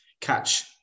catch